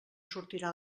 sortirà